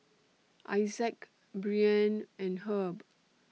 Isaac Brianne and Herb